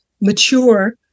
mature